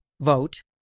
vote